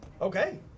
Okay